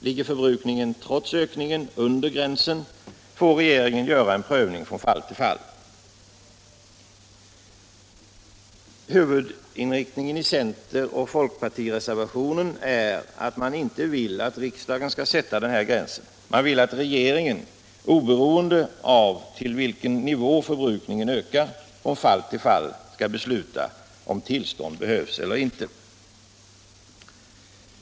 Ligger förbrukningen trots ökningen under gränsen får regeringen göra en prövning från fall till fall. Huvudinriktningen i centeroch folkpartireservationen är att man inte vill att riksdagen skall sätta den här gränsen. Man vill att regeringen — oberoende av till vilken nivå förbrukningen ökar — från fall till fall skall besluta om tillstånd behövs eller inte.